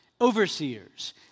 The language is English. Overseers